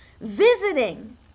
visiting